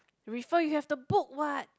refer you have the book what